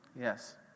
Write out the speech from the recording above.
Yes